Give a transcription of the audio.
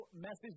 message